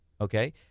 Okay